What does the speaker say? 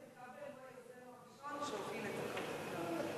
חבר הכנסת כבל הוא היוזם הראשון שהוביל את החקיקה,